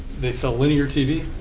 they sell linear tv,